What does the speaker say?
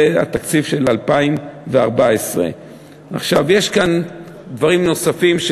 זה התקציב של 2014. יש כאן דברים נוספים,